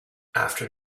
after